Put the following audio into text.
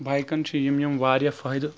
بایکن چھِ یِم یِم واریاہ فٲیدٕ